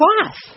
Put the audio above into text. class